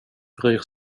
bryr